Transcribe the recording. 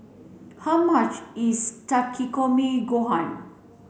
how much is Takikomi Gohan